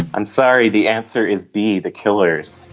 i'm sorry. the answer is b, the killers.